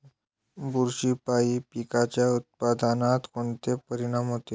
बुरशीपायी पिकाच्या उत्पादनात कोनचे परीनाम होते?